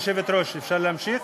כבוד היושבת-ראש, אפשר להמשיך?